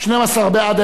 12 בעד.